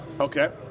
Okay